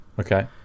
Okay